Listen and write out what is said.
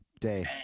day